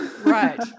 right